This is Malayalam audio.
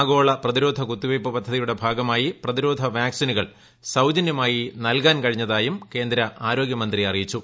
ആഗോള പ്രതിരോധ കുത്തിവെയ്പ്പ് പദ്ധതിയുടെ ഭാഗമായി പ്രതിരോധ വാക്സിനുകൾ സൌജന്യമായി നൽകാൻ കഴിഞ്ഞതായും കേന്ദ്ര ആരോഗ്യമന്ത്രി അറിയിച്ചു